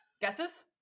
Guesses